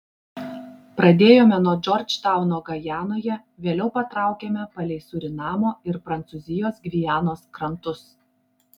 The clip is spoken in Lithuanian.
pradėjome nuo džordžtauno gajanoje vėliau patraukėme palei surinamo ir prancūzijos gvianos krantus